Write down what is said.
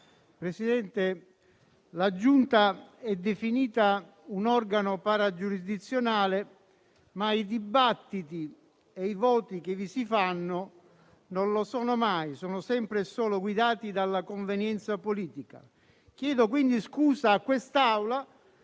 Presidente, la Giunta è definita un organo paragiurisdizionale, ma i dibattiti e i voti che vi si fanno non lo sono mai: sono sempre e solo guidati dalla convenienza politica. Chiedo quindi scusa a quest'Assemblea